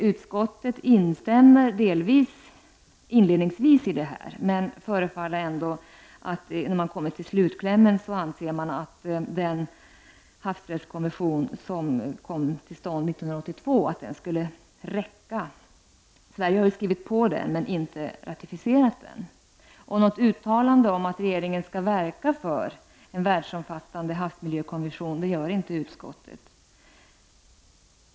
Utskottet instämmer inledningsvis i det, men när man kommer till slutklämmen anser man att den havsrättskommission som kom till 1982 skulle räcka. Sverige har skrivit på den men inte ratificerat den. Något uttalande om att regeringen skall verka för en världsomfattande havsmiljökonvention gör inte utskottet.